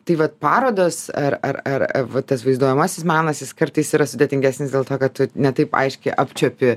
tai vat parodos ar ar ar va tas vaizduojamasis menas jis kartais yra sudėtingesnis dėl to kadtu ne taip aiškiai apčiuopi